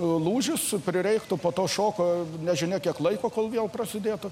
lūžis prireiktų po to šoko nežinia kiek laiko kol vėl prasidėtų